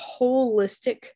holistic